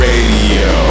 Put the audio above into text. Radio